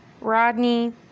Rodney